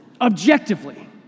objectively